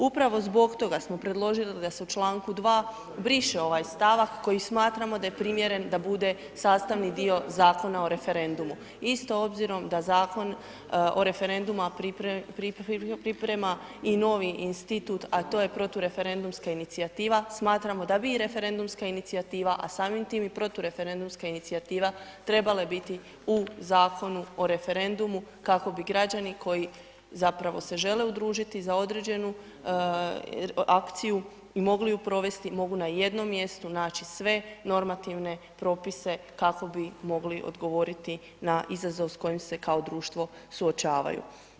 Upravo zbog toga smo predložili da se u članku 2., briše ovaj stavak koji smatramo da je primjeren da bude sastavni dio Zakona o referendumu isto, obzirom da Zakon o referendumu, a priprema i novi institut, a to je protureferendumska inicijativa, smatramo da ... referendumska inicijativa, a samim tim i protureferendumska inicijativa trebale biti u Zakonu o referendumu, kako bi građani koji zapravo se žele udružiti za određenu akciju i mogli ju provesti, mogu na jednom mjestu naći sve normativne propise kako bi mogli odgovoriti na izazov s kojim se kao društvo suočavaju.